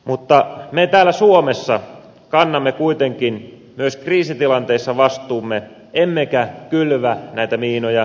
mutta me täällä suomessa kannamme kuitenkin myös kriisitilanteissa vastuumme emmekä kylvä näitä miinoja summittaisesti